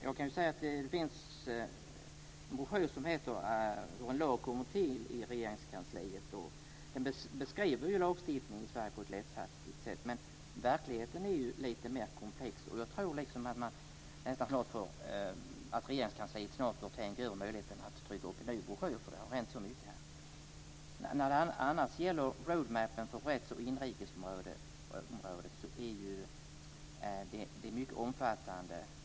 Regeringskansliet har gett ut broschyren Hur en lag kommer till. Den beskriver hur lagar stiftas i Sverige på ett lättfattligt sätt. Men verkligheten är ju lite mer komplex. Regeringskansliet bör nog snart ge ut en ny broschyr eftersom det har hänt mycket på det här området. En s.k. roadmap för rätts och inrikesområdet är mycket omfattande.